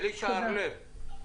אלישע הר לב.